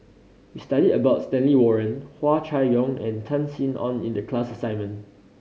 we studied about Stanley Warren Hua Chai Yong and Tan Sin Aun in the class assignment